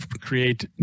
create